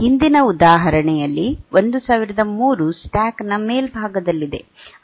ಹಿಂದಿನ ಉದಾಹರಣೆಯಲ್ಲಿ 1003 ಸ್ಟ್ಯಾಕ್ ನ ಮೇಲ್ಭಾಗದಲ್ಲಿದೆ